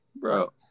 Bro